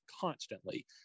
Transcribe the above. constantly